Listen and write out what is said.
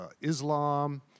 Islam